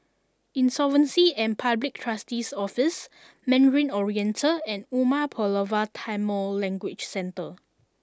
Insolvency and Public Trustee's Office Mandarin Oriental and Umar Pulavar Tamil Language Centre